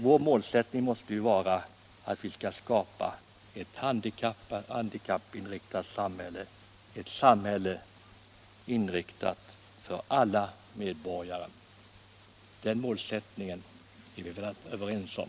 Vår målsättning måste ju vara att skapa ett handikappinriktat samhälle, ett samhälle inriktat för alla medborgare. Den målsättningen är vi överens om.